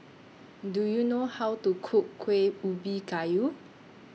Do YOU know How to Cook Kuih Ubi Kayu